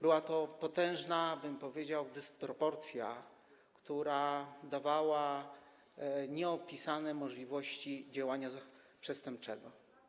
Była to potężna, powiedziałbym, dysproporcja, która dawała nieopisane możliwości działania przestępczego.